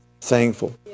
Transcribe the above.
thankful